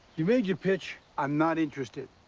you made your pitch. i am not interested.